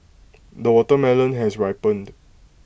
the watermelon has ripened